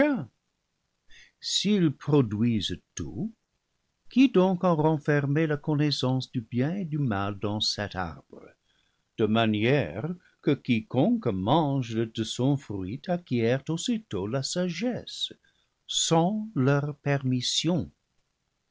s'ils produisent tout qui donc a renfermé la connaissance du bien et du mal dans cet arbre de manière que quiconque mange de son fruit acquiert aussitôt la sagesse sans leur permission